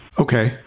Okay